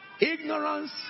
ignorance